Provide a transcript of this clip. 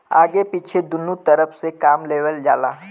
आगे पीछे दुन्नु तरफ से काम लेवल जाला